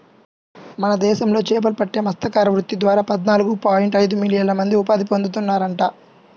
మన దేశంలో చేపలు పట్టే మత్స్యకార వృత్తి ద్వారా పద్నాలుగు పాయింట్ ఐదు మిలియన్ల మంది ఉపాధి పొందుతున్నారంట